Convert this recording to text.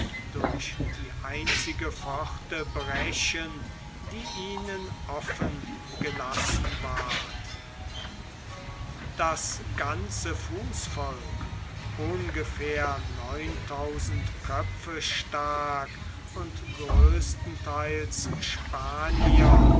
durch die einzige pforte brechen die ihnen offen gelassen ward das ganze fußvolk ungefähr neuntausend köpfe stark und größtentheils spanier